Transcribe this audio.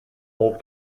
auf